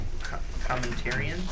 commentarians